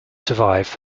survive